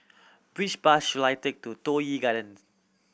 which bus should I take to Toh Yi Garden